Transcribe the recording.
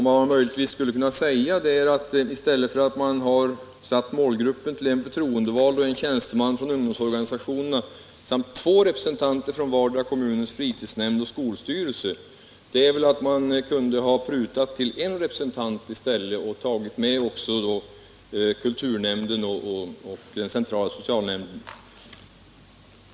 Vad man skulle ha kunnat göra, i stället för att låta målgruppen bestå av en förtroendevald och en tjänsteman från ungdomsorganisationerna samt två representanter från var dera fritidsnämnden och skolstyrelsen i resp. kommun, hade varit att — Nr 116 pruta till en representant från varje nämnd och ta med kulturnämnden och sociala centralnämnden.